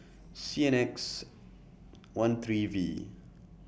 C N X one three V